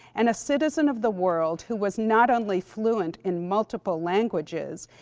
and a citizen of the world who was not only fluent in multiple languages,